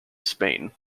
spain